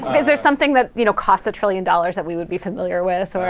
is there something that you know costs a trillion dollars that we would be familiar with, or?